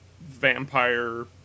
vampire